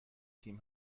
تیم